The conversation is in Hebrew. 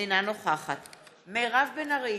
אינה נוכחת מירב בן ארי,